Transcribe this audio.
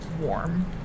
warm